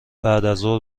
بعدازظهر